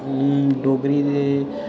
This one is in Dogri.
डोगरी दे